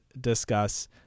discuss